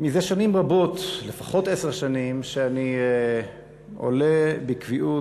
זה שנים רבות, לפחות עשר שנים, שאני עולה בקביעות